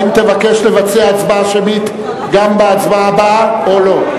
האם תבקש לבצע הצבעה שמית גם בהצבעה הבאה או לא?